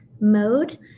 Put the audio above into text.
mode